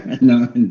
no